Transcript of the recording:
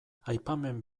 aipamen